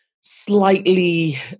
slightly